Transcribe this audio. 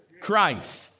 Christ